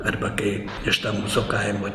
arba kai iš tą mūsų kaimo